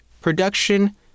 production